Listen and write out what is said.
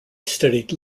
studied